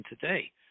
today